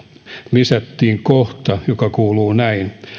lisättiin kohta joka kuuluu näin